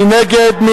מי נגד?